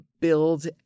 build